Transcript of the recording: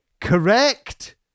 correct